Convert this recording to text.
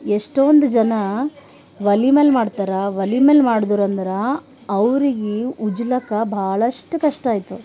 ಎಷ್ಟೊಂದು ಜನ ಒಲೆ ಮ್ಯಾಲ ಮಾಡ್ತಾರಾ ಒಲೆ ಮ್ಯಾಲ ಮಾಡಿದ್ರು ಅಂದ್ರೆ ಅವ್ರಿಗೆ ಉಜ್ಜ್ಲಾಕ್ಕ ಭಾಳಷ್ಟು ಕಷ್ಟ ಆಯಿತು